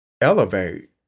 elevate